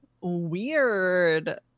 Weird